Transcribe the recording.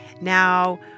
Now